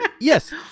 Yes